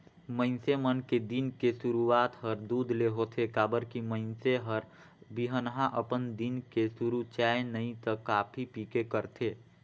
मइनसे मन के दिन के सुरूआत हर दूद ले होथे काबर की मइनसे हर बिहनहा अपन दिन के सुरू चाय नइ त कॉफी पीके करथे